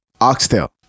Oxtail